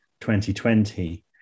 2020